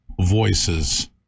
voices